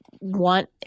want